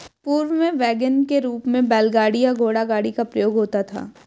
पूर्व में वैगन के रूप में बैलगाड़ी या घोड़ागाड़ी का प्रयोग होता था